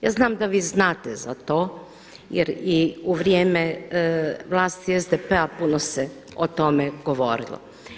Ja znam da vi znate za to jer i u vrijeme vlasti SDP-a puno se o tome govorilo.